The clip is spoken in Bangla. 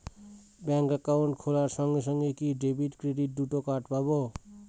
ব্যাংক অ্যাকাউন্ট খোলার সঙ্গে সঙ্গে কি ডেবিট ক্রেডিট দুটো কার্ড পাবো?